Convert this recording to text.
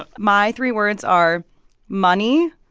ah my three words are money,